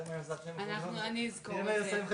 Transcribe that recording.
בגלל שאני כל הזמן צובט את עצמי על זה שאנחנו יושבים כאן נציגי